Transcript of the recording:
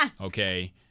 Okay